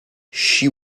she